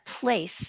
place